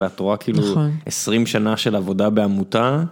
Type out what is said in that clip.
את רואה כאילו 20 שנה של עבודה בעמותה.